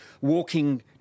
Walking